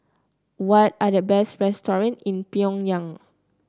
what are the best restaurants in Pyongyang